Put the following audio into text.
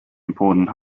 important